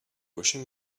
washing